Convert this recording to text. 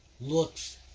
looks